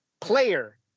player